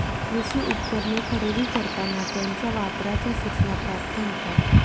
कृषी उपकरणे खरेदी करताना त्यांच्या वापराच्या सूचना प्राप्त होतात